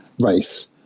race